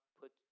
put